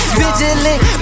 vigilant